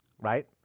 right